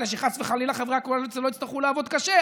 כדי שחס וחלילה חברי הקואליציה לא יצטרכו לעבוד קשה.